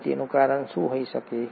હવે તેનું કારણ શું હોઈ શકે